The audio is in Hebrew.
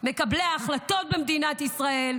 מקבלי ההחלטות במדינת ישראל,